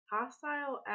hostile